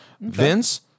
vince